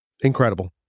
Incredible